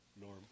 Norm